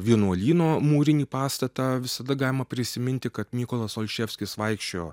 vienuolyno mūrinį pastatą visada galima prisiminti kad mykolas olševskis vaikščiojo